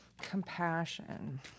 Compassion